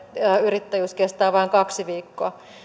yrittäjyys kestää vain kaksi viikkoa